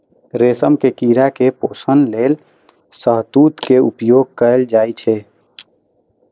रेशम के कीड़ा के पोषण लेल शहतूत के उपयोग कैल जाइ छै